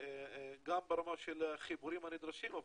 גם ברמה של החיבורים הנדרשים,